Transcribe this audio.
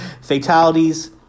Fatalities